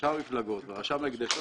רשם המפלגות ורשם ההקדשות,